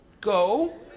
go